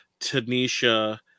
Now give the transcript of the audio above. Tanisha